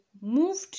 moved